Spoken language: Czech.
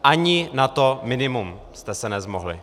Ani na to minimum jste se nezmohli.